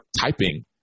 typing